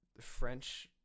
French